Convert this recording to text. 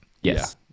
Yes